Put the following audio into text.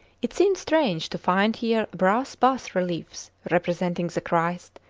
it seemed strange to find here brass bas-reliefs representing the christ,